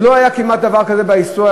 עוד לא היה כמעט דבר כזה בהיסטוריה,